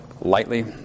lightly